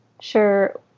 sure